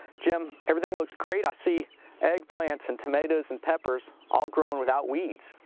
jim, everything looks great. i see eggplants and tomatoes and peppers, all growing without weeds.